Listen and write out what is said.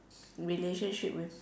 relationship with